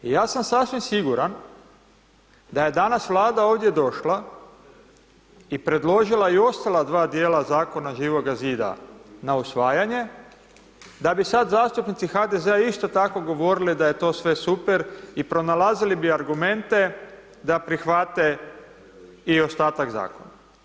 Ja sam sasvim siguran da je danas Vlada ovdje došla i predložila i ostala dva dijela Zakona Živoga Zida na usvajanje, da bi sad zastupnici HDZ-a isto tako govorili da je to sve super i pronalazili bi argumente da prihvate i ostatak Zakona.